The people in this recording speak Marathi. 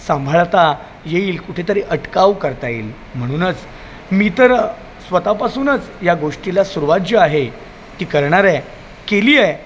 सांभाळता येईल कुठेतरी अटकाव करता येईल म्हणूनच मी तर स्वत पासूनच या गोष्टीला सुरुवात जी आहे ती करणार आहे केली आहे